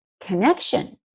connection